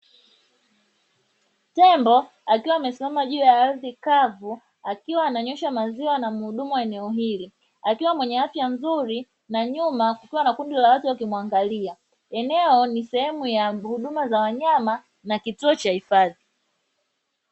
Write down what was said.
Tembo akiwa amesimama juu ya ardhi kavu, akiwa ananyweshwa maziwa na mhudumu wa eneo hili, akiwa mwenye afya nzuri na nyuma kukiwa na kundi la watu wakimwangalia; eneo ni sehemu ya huduma za wanyama na kituo cha hifadhi.